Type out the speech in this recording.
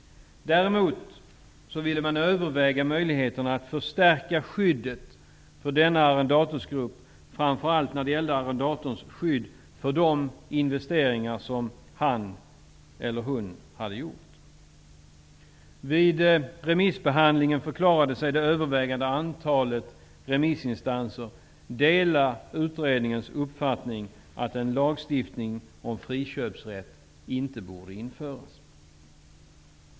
Däremot ville man överväga möjligheterna att förstärka skyddet för denna arrendatorsgrupp, framför allt när det gällde arrendatorns skydd för de investeringar som han eller hon hade gjort. Vid remissbehandlingen förklarade sig det övervägande antalet remissinstanser dela utredningens uppfattning, att en lagstiftning om friköpsrätt inte borde införas.